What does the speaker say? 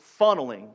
funneling